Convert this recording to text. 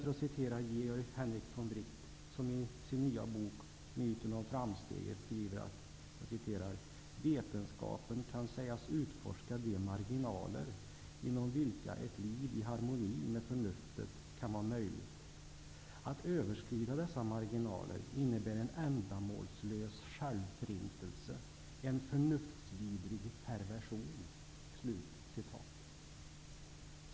Georg Henrik von Wright skriver i sin nya bok Myten om framsteget att ''vetenskapen kan sägas utforska de marginaler inom vilka ett liv i harmoni med förnuftet kan vara möjligt. Att överskrida dessa marginaler innebär en ändamålslös självförintelse, en förnuftsvidrig perversion.''